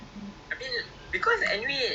ya so